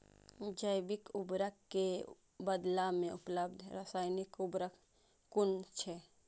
जैविक उर्वरक के बदला में उपलब्ध रासायानिक उर्वरक कुन छै?